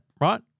right